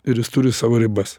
ir jis turi savo ribas